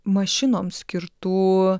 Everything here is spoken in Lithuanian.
mašinoms skirtų